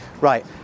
Right